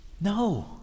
No